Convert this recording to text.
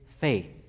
faith